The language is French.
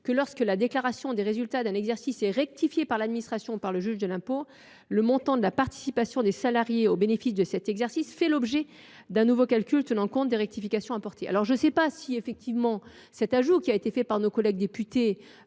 que lorsque la déclaration des résultats d’un exercice était rectifiée par l’administration ou par le juge de l’impôt, le montant de la participation des salariés au bénéfice de cet exercice faisait l’objet d’un nouveau calcul tenant compte des rectifications apportées. Je ne sais si cet ajout, adopté par nos collègues députés,